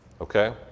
okay